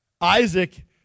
Isaac